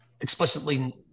explicitly